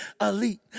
elite